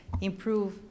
improve